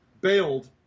bailed